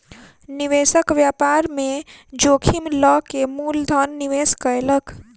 निवेशक व्यापार में जोखिम लअ के मूल धन निवेश कयलक